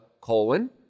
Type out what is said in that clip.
colon